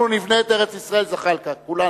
אנחנו נבנה את ארץ-ישראל, זחאלקה, כולנו.